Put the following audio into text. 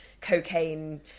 cocaine